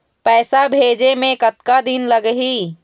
पैसा भेजे मे कतका दिन लगही?